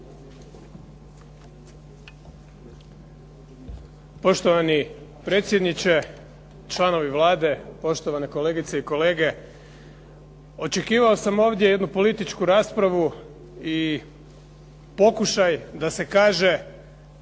Poštovani predsjedniče, članovi Vlade, poštovane kolegice i kolege. Očekivao sam ovdje jednu političku raspravu i pokušaj da se kaže